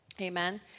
amen